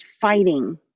fighting